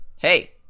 Hey